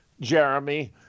Jeremy